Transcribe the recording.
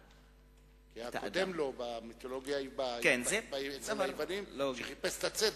קודם לו במיתולוגיה אצל היוונים, שחיפש את הצדק.